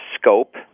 scope